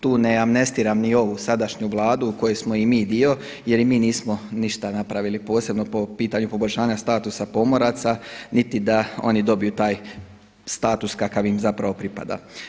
Tu ne amnestiram ni ovu sadašnju Vlada u kojoj smo i mi dio jer i mi nismo ništa napravili posebno po pitanju poboljšanja statusa pomoraca niti da oni dobiju taj status kakav im pripada.